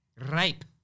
Ripe